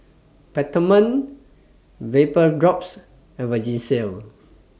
Peptamen Vapodrops and Vagisil